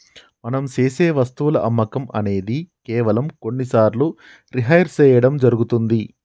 మనం సేసె వస్తువుల అమ్మకం అనేది కేవలం కొన్ని సార్లు రిహైర్ సేయడం జరుగుతుంది